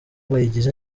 bayigize